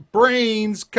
Brains